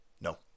No